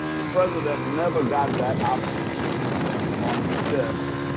the president never got that option on his desk.